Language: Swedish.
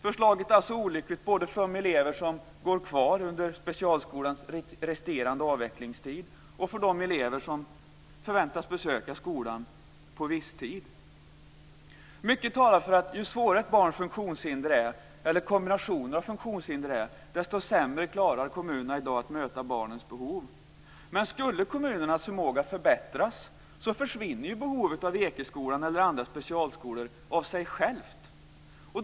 Förslaget är olyckligt både för de elever som går kvar under specialskolans resterande avvecklingstid och för de elever som förväntas besöka skolan på "visstid". Mycket talar för detta: Ju svårare ett barns funktionshinder eller kombination av funktionshinder är, desto sämre klarar kommunerna i dag att möta barnens behov. Skulle kommunernas förmåga förbättras försvinner behovet av Ekeskolan eller andra specialskolor av sig självt.